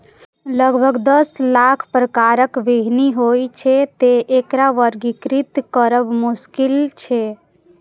लगभग दस लाख प्रकारक बीहनि होइ छै, तें एकरा वर्गीकृत करब मोश्किल छै